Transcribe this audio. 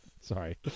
Sorry